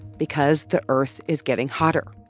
because the earth is getting hotter.